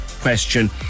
question